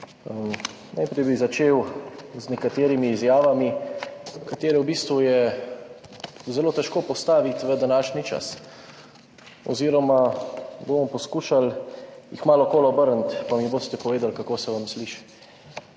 Najprej bi začel z nekaterimi izjavami, katere v bistvu je zelo težko postaviti v današnji čas oziroma bomo poskušali jih malo okoli obrniti, pa mi boste povedali kako se vam sliši.